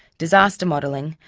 disaster modeling,